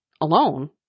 alone